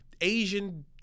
Asian